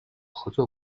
合作